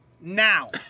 now